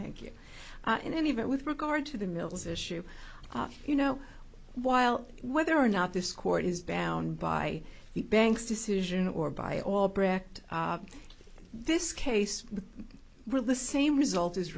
thank you in any event with regard to the mills issue you know while whether or not this court is bound by the banks decision or by albrecht this case where the same result is